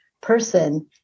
person